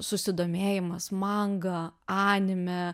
susidomėjimas manga anime